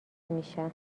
میشم